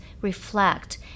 reflect